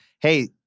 Hey